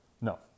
No